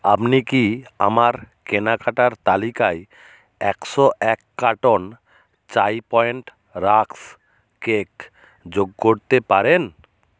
আপনি কি আমার কেনাকাটার তালিকায় একশো এক কার্টন চাই পয়েন্ট রাস্ক কেক যোগ করতে পারেন